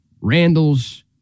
Randall's